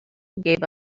gave